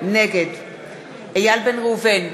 נגד איל בן ראובן,